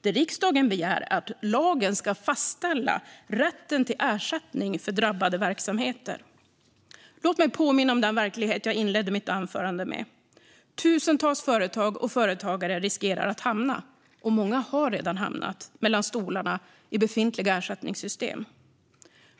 Det riksdagen begär är att lagen ska fastställa rätten till ersättning för drabbade verksamheter. Låt mig påminna om den verklighet jag inledde mitt anförande med. Tusentals företag och företagare riskerar att hamna - och många har redan hamnat - mellan stolarna i befintliga ersättningssystem.